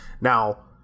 Now